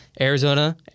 Arizona